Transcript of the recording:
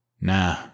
Nah